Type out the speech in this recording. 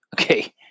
Okay